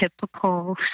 typical